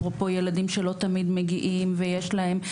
אפרופו ילדים שלא תמיד מגיעים ויש להם.